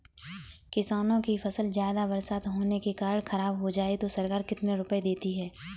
किसानों की फसल ज्यादा बरसात होने के कारण खराब हो जाए तो सरकार कितने रुपये देती है?